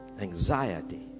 anxiety